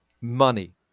money